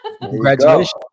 Congratulations